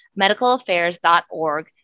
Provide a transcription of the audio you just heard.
medicalaffairs.org